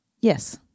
Yes